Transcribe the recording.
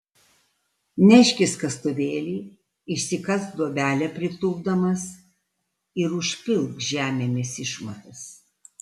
neškis kastuvėlį išsikask duobelę pritūpdamas ir užpilk žemėmis išmatas